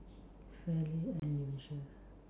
fairly unusual